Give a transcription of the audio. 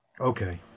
okay